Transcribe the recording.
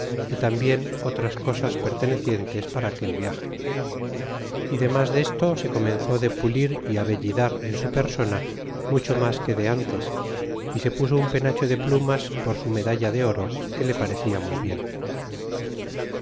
y lanabien otras cosas pertenecientes para aquel viage e demas desto se comenzó de pulir é abellidar en su persona mucho mas que de antes e se puso un penacho de plumas con su medalla de oro que le parecia muy bien